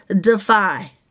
defy